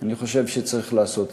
אני חושב שצריך לעשות.